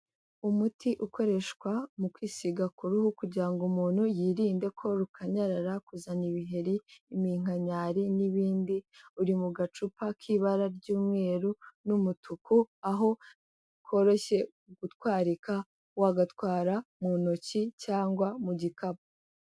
Umuti ukoreshwa mu kwisiga ku ruhu kugira ngo umuntu yirinde ko rukanyarara, kuzana ibiheri, iminkanyari n'ibindi, uri mu gacupa k'ibara ry'umweru n'umutuku, aho koroshye gutwarika wagatwara mu ntoki cyangwa mu gikapu.